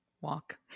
Walk